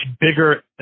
bigger